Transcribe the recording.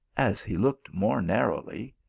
as he looked more narrowly,